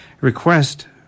request